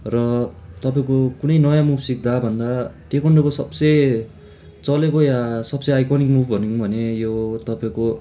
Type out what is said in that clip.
र तपाईँको कुनै नयाँ मुभ सिक्दा भन्दा टेकोन्डोको सबसे चलेको या सबसे आइकोनिक मुभ भनौँ भने यो तपाईँको